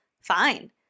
Fine